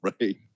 Right